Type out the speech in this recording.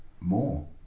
more